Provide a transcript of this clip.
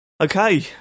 Okay